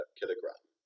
kilogram